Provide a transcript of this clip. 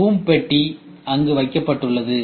boom பெட்டி அங்கு வைக்கப்பட்டுள்ளது